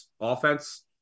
offense